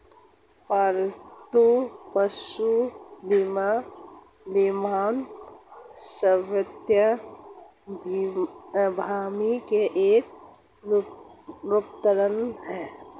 पालतू पशु बीमा मानव स्वास्थ्य बीमा का एक रूपांतर है